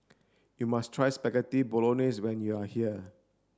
you must try Spaghetti Bolognese when you are here